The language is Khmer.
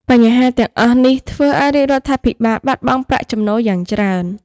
បញ្ហាទាំងអស់នេះធ្វើឲ្យរាជរដ្ឋាភិបាលបាត់បង់ប្រាក់ចំណូលយ៉ាងច្រើន។